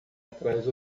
atrás